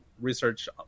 research